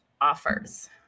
offers